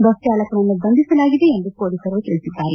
bus ಚಾಲಕನನ್ನು ಬಂಧಿಸಲಾಗಿದೆ ಎಂದು ಪೋಲಿಸರು ತಿಳಿಸಿದ್ದಾರೆ